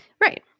right